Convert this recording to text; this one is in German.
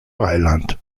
rheinland